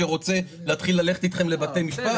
שנייה,